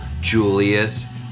Julius